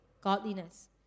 godliness